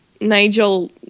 Nigel